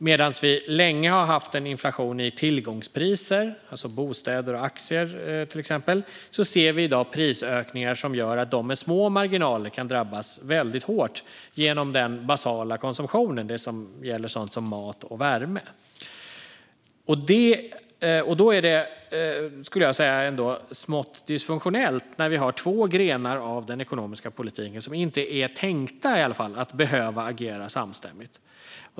Medan vi länge har haft en inflation i tillgångspriser, till exempel när det gäller bostäder och aktier, ser vi i dag prisökningar som gör att de med små marginaler kan drabbas väldigt hårt genom den basala konsumtionen, som gäller sådant som mat och värme. Då är det, skulle jag säga, smått dysfunktionellt när vi har två grenar av den ekonomiska politiken som inte är tänkta att behöva agera samstämmigt.